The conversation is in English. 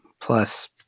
plus